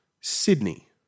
Sydney